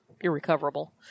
irrecoverable